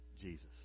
Jesus